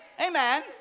Amen